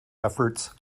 efforts